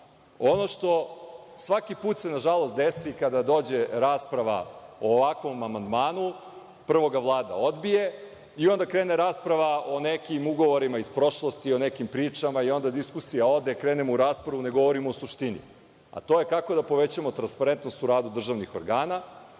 Ono što svaki put se, na žalost, desi kada dođe rasprava o ovakvom amandmanu, prvo ga Vlada odbije i onda krene rasprava o nekim ugovorima iz prošlosti, o nekim pričama i onda diskusija ode, krenemo u raspravu, ne govorimo o suštini, a to je kako da povećamo transparentnost u radu državnih organa